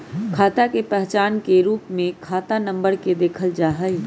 खाता के पहचान के रूप में खाता नम्बर के देखल जा हई